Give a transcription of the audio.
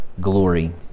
glory